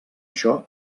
això